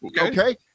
Okay